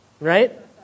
right